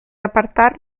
apartar